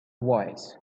wise